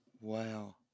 Wow